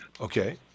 Okay